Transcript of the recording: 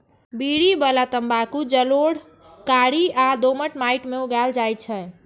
बीड़ी बला तंबाकू जलोढ़, कारी आ दोमट माटि मे उगायल जाइ छै